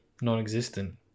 non-existent